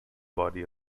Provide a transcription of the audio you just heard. body